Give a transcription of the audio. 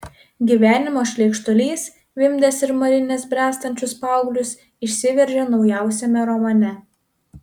gyvenimo šleikštulys vimdęs ir marinęs bręstančius paauglius išsiveržė naujausiame romane